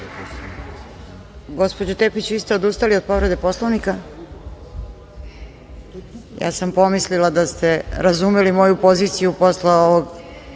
Gospođo Tepić, vi ste odustali od povrede Poslovnika? Ja sam pomislila da ste razumeli moju poziciju posle